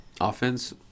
offense